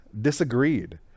disagreed